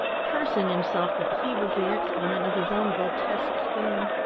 cursing himself that he was the exponent of his own grotesque scheme.